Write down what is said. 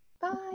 Bye